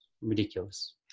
ridiculous